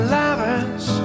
lovers